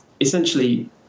essentially